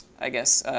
i guess,